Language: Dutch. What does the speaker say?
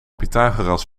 pythagoras